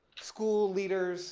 school leaders